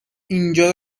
اینجا